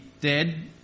dead